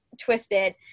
twisted